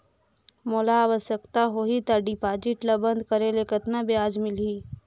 मोला आवश्यकता होही त डिपॉजिट ल बंद करे ले कतना ब्याज मिलही?